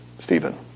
Stephen